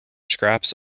scraps